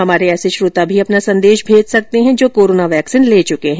हमारे ऐसे श्रोता भी अपना संदेश भेज सकते हैं जो कोरोना वैक्सीन ले चुके हैं